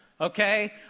okay